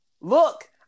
Look